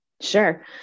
Sure